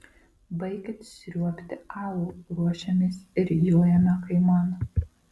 baikit sriuobti alų ruošiamės ir jojame kaiman